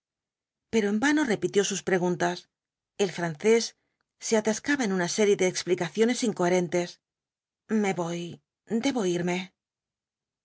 pero en vano repitió sus preguntas el francés se atascaba en una serie de explicaciones incoherentes me voy debo irme